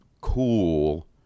cool